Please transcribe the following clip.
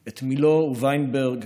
את מילוא וויינברג,